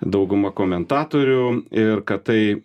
dauguma komentatorių ir kad tai